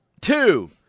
Two